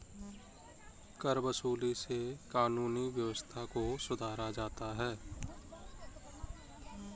करवसूली से कानूनी व्यवस्था को सुधारा जाता है